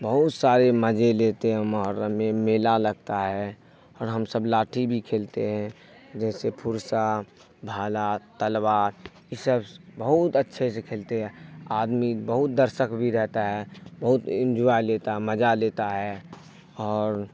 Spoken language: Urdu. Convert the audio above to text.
بہت سارے مزے لیتے ہیں ہمر میں میلا لگتا ہے اور ہم سب لاٹھی بھی کھیلتے ہیں جیسے فرسہ بھالات تلوار یہ سب بہت اچھے سے کھیلتے ہیں آدمی بہت درسک بھی رہتا ہے بہت انجوائے لیتا ہے مجا لیتا ہے اور